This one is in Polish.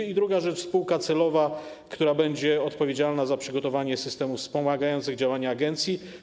I druga rzecz, spółka celowa, która będzie odpowiedzialna za przygotowanie systemów wspomagających działania agencji.